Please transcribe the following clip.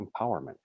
empowerment